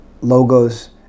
logos